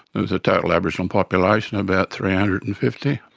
there was a total aboriginal population of about three hundred and fifty.